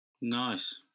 Nice